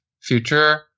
future